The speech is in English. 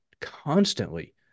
constantly